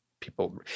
people